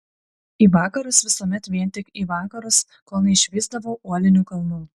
į vakarus visuomet vien tik į vakarus kol neišvysdavau uolinių kalnų